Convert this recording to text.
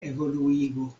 evoluigo